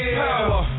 power